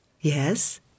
Yes